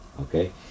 Okay